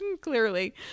Clearly